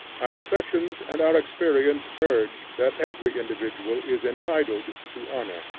our affections and our experience urge that every individual is entitled to honor,